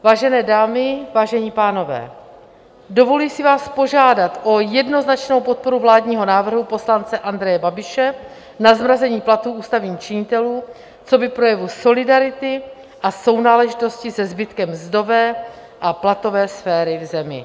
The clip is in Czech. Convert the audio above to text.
Vážené dámy, vážení pánové, dovoluji si vás požádat o jednoznačnou podporu vládního návrhu poslance Andreje Babiše na zmrazení platů ústavních činitelů coby projevu solidarity a sounáležitosti se zbytkem mzdové a platové sféry v zemi.